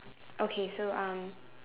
okay so um